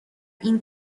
این